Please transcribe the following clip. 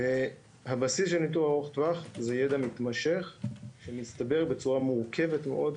הבסיס של ניתור ארוך טווח זה ידע מתמשך שמצטבר בצורה מורכבת מאוד,